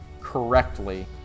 correctly